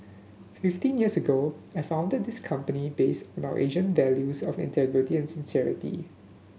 fifteen years ago I founded this company based on our Asian values of integrity and sincerity